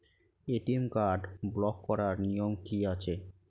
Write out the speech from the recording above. ATM card block করার নিয়ম কি আছে?